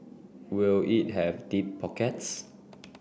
will it have deep pockets